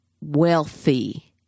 wealthy